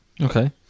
Okay